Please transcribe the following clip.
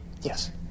Yes